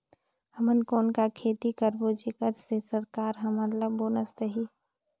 हमन कौन का खेती करबो जेकर से सरकार हमन ला बोनस देही?